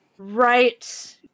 Right